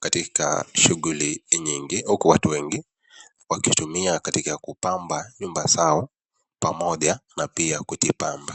katika shughuli nyingi, huku watu wengi wakitumia kupamba nyumba zao pamoja na pia kuijpamba